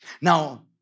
Now